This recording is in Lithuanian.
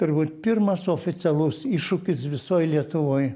turbūt pirmas oficialus iššūkis visoj lietuvoj